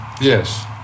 Yes